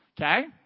Okay